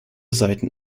seiten